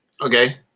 Okay